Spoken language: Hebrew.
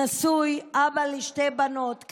נשוי, אבא לשתי בנות.